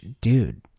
Dude